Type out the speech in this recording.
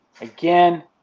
Again